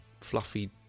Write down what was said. fluffy